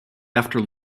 after